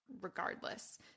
regardless